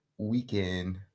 Weekend